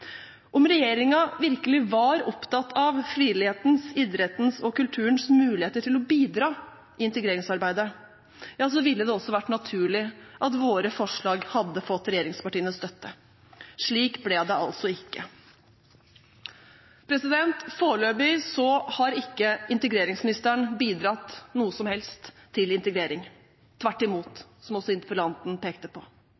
Om regjeringen virkelig var opptatt av frivillighetens, idrettens og kulturens muligheter til å bidra i integreringsarbeidet, ville det også vært naturlig at våre forslag hadde fått regjeringspartienes støtte. Slik ble det altså ikke. Foreløpig har ikke integreringsministeren bidratt noe som helst til integrering – tvert imot,